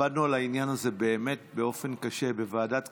ועבדנו על העניין הזה באמת קשה בוועדת כספים.